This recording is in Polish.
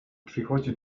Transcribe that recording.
przychodzi